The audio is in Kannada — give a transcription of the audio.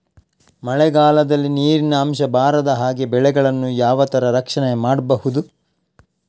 ಮಳೆಗಾಲದಲ್ಲಿ ನೀರಿನ ಅಂಶ ಬಾರದ ಹಾಗೆ ಬೆಳೆಗಳನ್ನು ಯಾವ ತರ ರಕ್ಷಣೆ ಮಾಡ್ಬಹುದು?